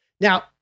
Now